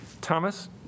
Thomas